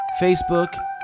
facebook